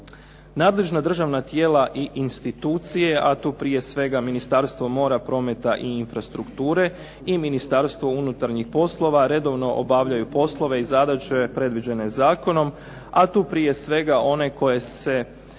Nadležna državna tijela i institucije, a tu prije svega Ministarstvo mora, prometa i infrastrukture i Ministarstvo unutarnjih poslova redovno obavljaju poslove i zadaće predviđene zakonom, a tu prije svega one koje se